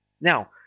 Now